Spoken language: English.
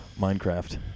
Minecraft